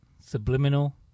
subliminal